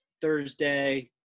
Thursday